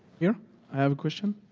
yeah have a question.